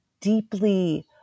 deeply